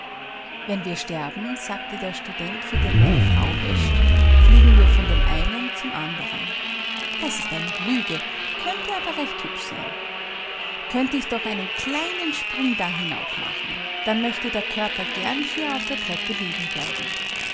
wenn wir sterben sagte der student für den meine frau wäscht fliegen wir von dem einen zum andern das ist eine lüge könnte aber recht hübsch sein könnte ich doch einen kleinen sprung da hinauf machen dann möchte der körper gern hier auf der treppe liegen bleiben